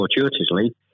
fortuitously